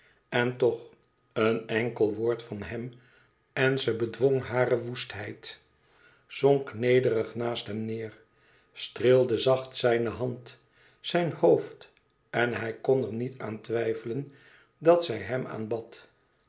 en toch een enkel woord van hem en ze bedwong hare woestheid zonk nederig naast hem neêr streelde zacht zijne hand zijn hoofd en hij kon er niet aan twijfelen dat zij hem aanbad